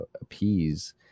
appease